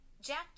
Jack